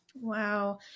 Wow